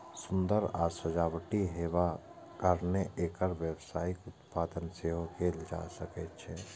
सुंदर आ सजावटी हेबाक कारणें एकर व्यावसायिक उत्पादन सेहो कैल जा सकै छै